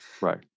Right